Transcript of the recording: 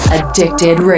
Addicted